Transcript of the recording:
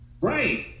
right